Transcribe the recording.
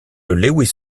lewis